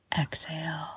exhale